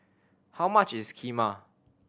how much is Kheema